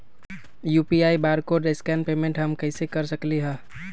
UPI barcode scan payment हम कईसे कर सकली ह?